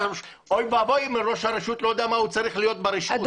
אוי ואבוי אם ראש הרשות לא יודע מה הוא צריך להיות ברשות.